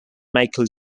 michael